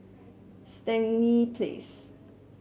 Stangee Place